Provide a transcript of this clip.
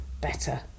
better